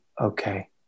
okay